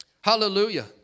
Hallelujah